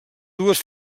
dues